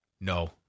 no